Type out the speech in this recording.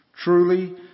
Truly